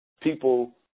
people